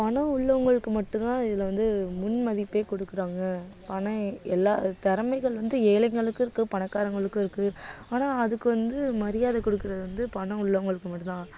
பணம் உள்ளவங்களுக்கு மட்டும் தான் இதில் வந்து முன்மதிப்பே கொடுக்குறாங்க பணம் எல்லா திறமைகள் வந்து ஏழைங்களுக்கும் இருக்கு பணக்காரங்களுக்கும் இருக்கு ஆனால் அதுக்கு வந்து மரியாதை கொடுக்கிறது வந்து பணம் உள்ளவங்களுக்கு மட்டும் தான்